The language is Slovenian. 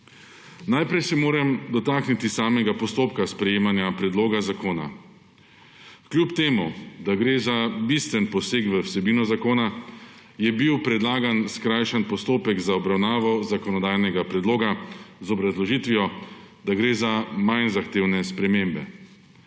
Najprej se moram dotakniti samega postopka sprejemanja predloga zakona. Kljub temu da gre za bistven poseg v vsebino zakona, je bil predlagan skrajšani postopek za obravnavo zakonodajnega predloga, z obrazložitvijo, da gre za manj zahtevne spremembe.